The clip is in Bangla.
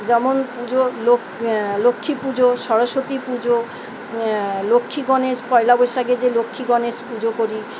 যেমন পুজো লক্ষ্মী লক্ষ্মী পুজো সরস্বতী পুজো লক্ষ্মী গণেশ পয়লা বৈশাখে যে লক্ষ্মী গণেশ পুজো করি